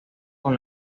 con